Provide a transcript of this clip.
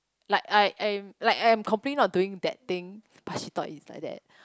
like I I I am like I am complying of doing that thing but she thought inside that